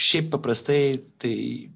šiaip paprastai tai